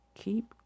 keep